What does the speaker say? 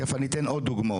תיכף אני אתן עוד דוגמאות.